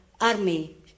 army